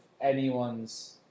anyone's